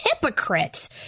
hypocrites